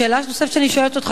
השאלה הנוספת שאני שואלת אותך,